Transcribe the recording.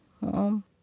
Mom